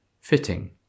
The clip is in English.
fitting